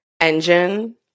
engine